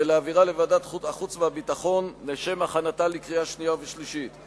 ולהעבירה לוועדת החוץ והביטחון לשם הכנתה לקריאה שנייה ולקריאה שלישית.